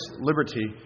liberty